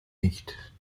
nicht